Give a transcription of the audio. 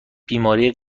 بیماری